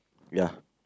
ya